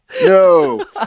No